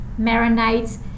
marinades